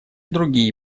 другие